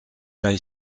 they